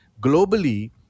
globally